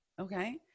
okay